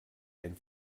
ein